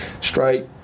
straight